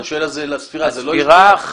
הספירה,